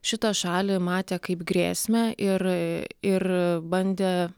šitą šalį matė kaip grėsmę ir ir bandė